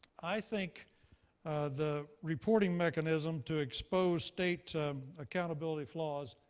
i think the reporting mechanism to expose state accountability flaws